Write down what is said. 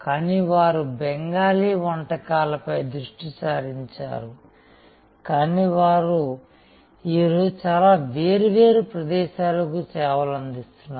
కానీ వారు బెంగాలీ వంటకాలపై దృష్టి సారించారు కానీ వారు ఈ రోజు చాలా వేర్వేరు ప్రదేశాలకు సేవలు అందిస్తున్నారు